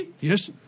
Yes